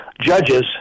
judges